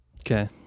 Okay